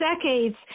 decades